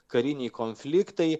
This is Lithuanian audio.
kariniai konfliktai